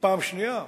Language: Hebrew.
פעם שנייה,